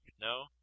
No